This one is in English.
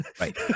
Right